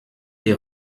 des